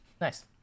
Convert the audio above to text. Nice